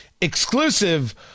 Exclusive